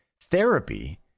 Therapy